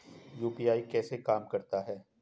UPI कैसे काम करता है?